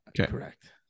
Correct